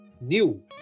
new